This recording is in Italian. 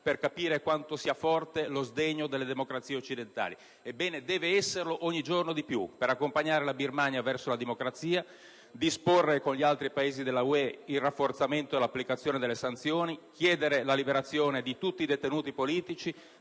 e capire quanto sia forte lo sdegno delle democrazie occidentali. Ebbene, deve esserlo ogni giorno di più per accompagnare la Birmania verso la democrazia, per disporre, con gli altri paesi UE, il rafforzamento e l'applicazione delle sanzioni per chiedere la liberazione di Aung San Suu Kyi